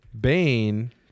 bane